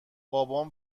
بابام